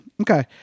Okay